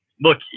look